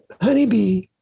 honeybee